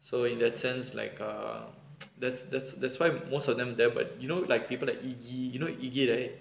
so in that sense like err that's that's that's why most of them there but you know like people like eegi you know eegi right